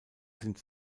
sind